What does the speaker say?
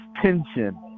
tension